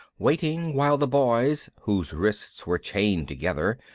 waiting while the boys, whose wrists were chained together,